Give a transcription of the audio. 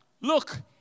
Look